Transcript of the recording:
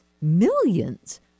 millions